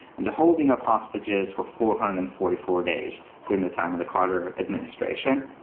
and the holding of hostages for four hundred and forty four days during the time of the carter administration.